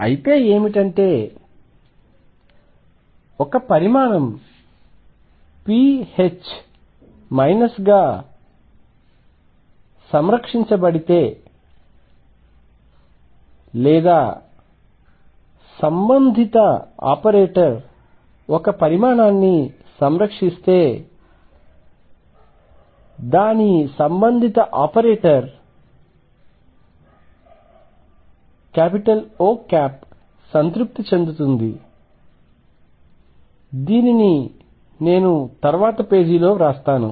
అయితే ఏమిటంటే ఒక పరిమాణం pH మైనస్గా సంరక్షించబడితే లేదా సంబంధిత ఆపరేటర్ ఒక పరిమాణాన్ని సంరక్షిస్తే దాని సంబంధిత ఆపరేటర్ O సంతృప్తి చెందుతుంది దీనిని నేను తర్వాతి పేజీలో వ్రాస్తాను